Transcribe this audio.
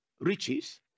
riches